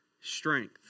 strength